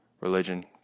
religion